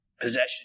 possession